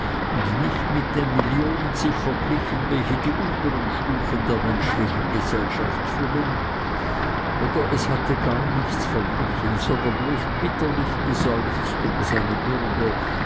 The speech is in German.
und nicht mit den millionen sich verglichen welche die untern stufen der menschlichen gesellschaft füllen oder es hatte gar nichts verglichen sondern bloß bitterlich geseufzt über seine bürde